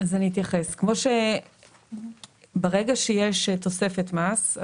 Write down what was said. ברגע שיש תוספת מס,